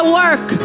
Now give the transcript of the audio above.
work